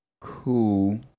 Cool